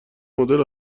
مدل